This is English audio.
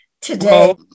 today